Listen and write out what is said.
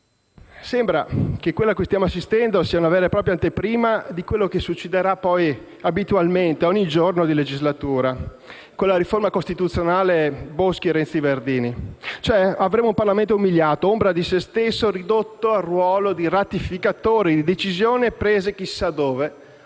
Sembra che quella cui stiamo assistendo sia una vera e propria anteprima di quanto succederà poi abitualmente, ogni giorno di legislatura, con la riforma costituzionale Boschi-Renzi-Verdini. Avremo, cioè, un Parlamento umiliato, ombra di se stesso, ridotto al ruolo di ratificatore di decisioni prese chissà dove